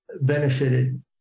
benefited